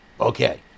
Okay